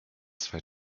zwei